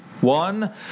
one